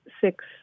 six